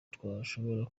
twashobora